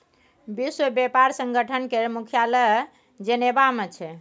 विश्व बेपार संगठन केर मुख्यालय जेनेबा मे छै